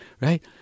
right